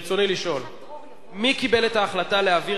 רצוני לשאול: 1. מי קיבל את ההחלטה להעביר